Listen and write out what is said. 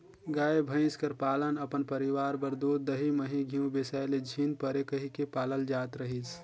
गाय, भंइस कर पालन अपन परिवार बर दूद, दही, मही, घींव बेसाए ले झिन परे कहिके पालल जात रहिस